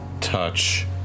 touch